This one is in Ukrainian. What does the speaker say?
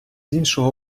іншого